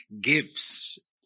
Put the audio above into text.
gives